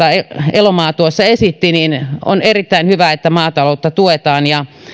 elomaa tuossa esitti on erittäin hyvä että maataloutta tuetaan ja